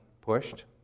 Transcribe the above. pushed